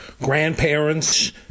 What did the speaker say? grandparents